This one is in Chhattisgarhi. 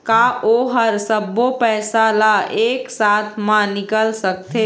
का ओ हर सब्बो पैसा ला एक साथ म निकल सकथे?